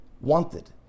wanted